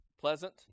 pleasant